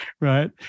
right